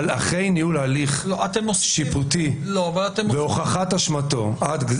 אבל אחרי ניהול של הליך שיפוטי והוכחת אשמתו הפלילית,